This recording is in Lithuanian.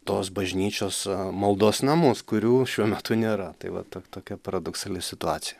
tos bažnyčios maldos namus kurių šiuo metu nėra tai va ta tokia paradoksali situacija